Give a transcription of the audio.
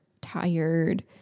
tired